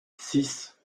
six